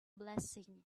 blessing